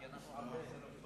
אודה לך, אדוני, אם תקצר.